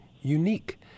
unique